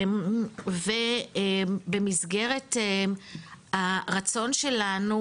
ובמסגרת הרצון שלנו,